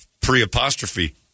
pre-apostrophe